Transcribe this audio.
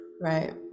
right